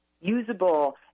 usable